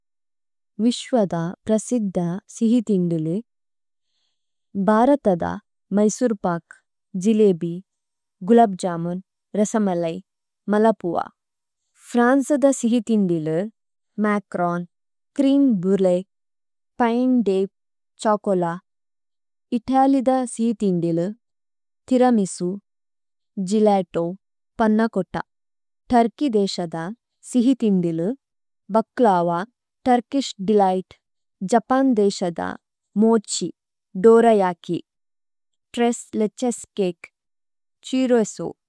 വിശ്വദ പ്രസിദ്ദ സിഹിഥിന്ദുലു, ഭ്ഹരതദ, മ്യ്സുര്പക്, ജിലേബി, ഗുലബ് ജമുന്, രസമലൈ, മലപുഅ, ഫ്രന്സദ സിഹിഥിന്ദുലു, മച്രോന്, ഛ്രിന് ഭുരേക്, പിനേ ദവേ। ഛ്ഹോചോല, ഇഥലിദ സിഹിഥിന്ദുലു, ഥിരമിസു, ഗില്ലേത്തോ, പന്നകോത, ഥര്കി ദേശദ സിഹിഥിന്ദുലു, ഭക്ലവ, തുര്കിശ് ദേലിഘ്ത്, ജപന് ദേശദ, mochi, dorayaki, tres leches cake, ഛ്ഹിരോസോ।